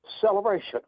celebration